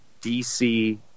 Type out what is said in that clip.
DC